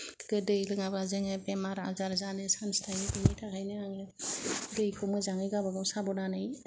गोदै लोङाबा जोङो बेमार आजार जानो सान्स थायो बिनिथाखायनो आं दैखौ मोजाङै गावबा गाव साबदानै